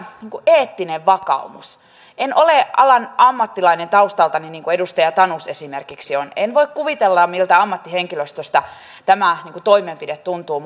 eettinen vakaumus en ole alan ammattilainen taustaltani niin kuin edustaja tanus esimerkiksi on en voi kuvitella miltä ammattihenkilöstöstä tämä toimenpide tuntuu